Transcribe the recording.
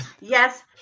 Yes